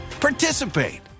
participate